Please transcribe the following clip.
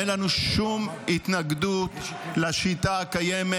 אין לנו שום התנגדות לשיטה הקיימת.